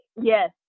Yes